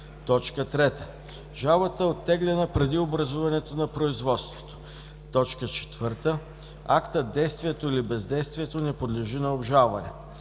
4; 3. жалбата е оттеглена преди образуването на производството; 4. актът, действието или бездействието не подлежи на обжалване.